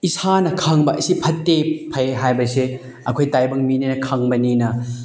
ꯏꯁꯥꯅ ꯈꯪꯕ ꯁꯤ ꯐꯠꯇꯦ ꯐꯩ ꯍꯥꯏꯕꯁꯦ ꯑꯩꯈꯣꯏ ꯇꯥꯏꯕꯪ ꯃꯤꯅꯤꯅ ꯈꯪꯕꯅꯤꯅ